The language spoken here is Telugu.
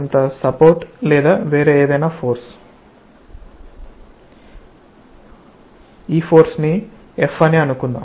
కొంత సపోర్ట్ లేదా వేరే ఏదైనా ఫోర్స్ ఈ ఫోర్స్ F అని అనుకుందాం